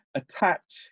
attach